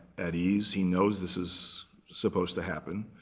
at ease. he knows this is supposed to happen.